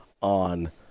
on